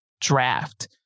draft